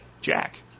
Jack